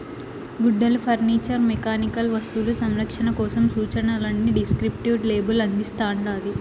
గుడ్డలు furniture mechanical వస్తువులు సంరక్షణ కోసం సూచనలని డిస్క్రిప్టివ్ లేబుల్ అందిస్తాండాది